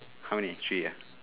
how many three uh